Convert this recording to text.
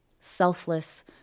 selfless